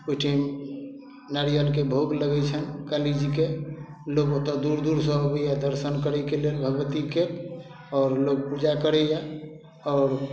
ओइठिन नारियलके भोग लगय छनि काली जीके लोग ओतऽ दूर दूरसँ अबइए दर्शन करयके लेल भगवतीके आओर लोग पूजा करैये आओर